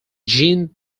gene